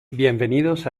bienvenidos